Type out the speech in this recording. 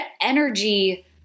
energy